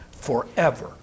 forever